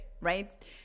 right